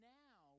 now